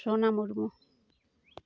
Sona Murmu